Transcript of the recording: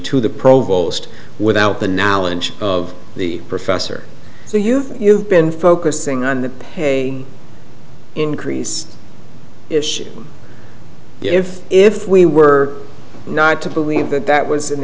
to the provost without the knowledge of the professor so you think you've been focusing on the pay increase issue if if we were not to believe that that was an